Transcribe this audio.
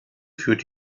führt